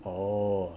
oh